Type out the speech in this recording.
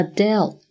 Adele